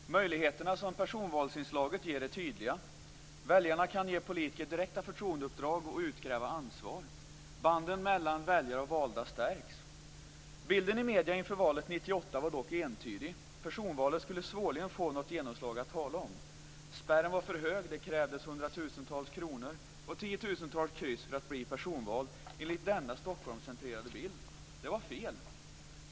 Fru talman! Möjligheterna som personvalsinslaget ger är tydliga: Väljarna kan ge politiker direkta förtroendeuppdrag och utkräva ansvar. Banden mellan väljare och valda stärks. Bilden i medierna inför valet 1998 var dock entydig - personvalet skulle svårligen få något genomslag att tala om. Spärren var för hög - det krävdes 100 000-tals kronor och 10 000-tals kryss för att bli personvald enligt denna Stockholmscentrerade bild. Det var fel.